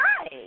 Hi